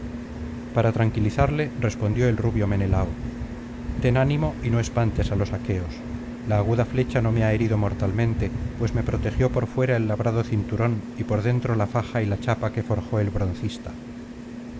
para tranquilizarle respondió el rubio menelao ten ánimo y no espantes á los aqueos la aguda flecha no me ha herido mortalmente pues me protegió por fuera el labrado cinturón y por dentro la faja y la chapa que forjó el